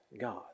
God